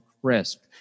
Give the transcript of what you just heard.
crisp